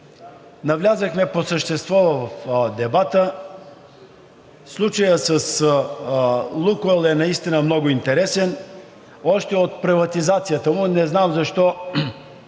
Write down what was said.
навлязохме по същество в дебата. Случаят с „Лукойл“ наистина е много интересен, още от приватизацията му. Не знам защо